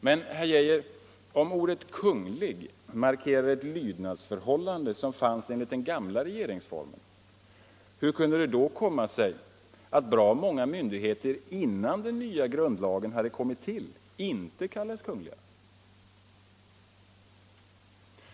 Men, herr Geijer, om ordet Kungl. markerar ett lydnadsförhållande som fanns enligt den gamla regeringsformen, hur kunde det då komma sig att bra många myndigheter redan innan den nya grundlagen hade kommit till inte kallades kungliga?